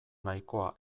nahikoa